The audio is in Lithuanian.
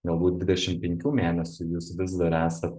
galbūt dvidešim penkių mėnesių jūs vis dar esat